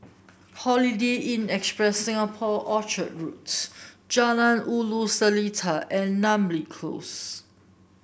Holiday Inn Express Singapore Orchard Roads Jalan Ulu Seletar and Namly Close